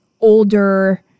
older